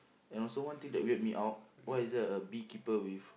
and also one thing that weird me out why is there a beekeeper with